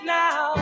now